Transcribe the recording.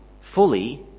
fully